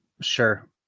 sure